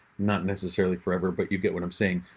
not necessarily forever, but you get what i'm saying,